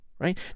right